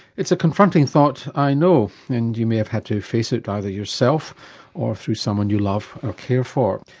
it's a confronting thought i know and you may have had to face it either yourself or through someone you love or care for.